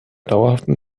dauerhaften